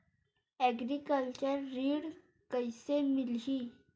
Agriculture ऋण कइसे मिलही?